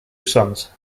sons